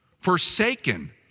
Forsaken